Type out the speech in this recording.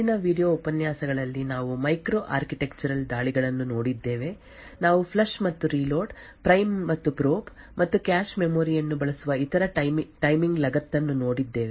ಆದ್ದರಿಂದ ಹಿಂದಿನ ವೀಡಿಯೊ ಉಪನ್ಯಾಸಗಳಲ್ಲಿ ನಾವು ಮೈಕ್ರೋ ಆರ್ಕಿಟೆಕ್ಚರಲ್ ದಾಳಿಗಳನ್ನು ನೋಡಿದ್ದೇವೆ ನಾವು ಫ್ಲಶ್ ಮತ್ತು ರೀಲೋಡ್ ಪ್ರೈಮ್ ಮತ್ತು ಪ್ರೋಬ್ ಮತ್ತು ಕ್ಯಾಶ್ ಮೆಮೊರಿ ಯನ್ನು ಬಳಸುವ ಇತರ ಟೈಮಿಂಗ್ ಲಗತ್ತನ್ನು ನೋಡಿದ್ದೇವೆ